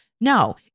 No